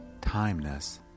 timeness